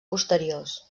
posteriors